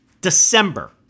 December